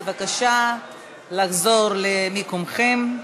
בבקשה לחזור למקומכם.